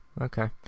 Okay